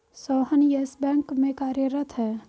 Sohan Yes Bank में कार्यरत है